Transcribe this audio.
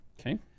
Okay